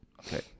Okay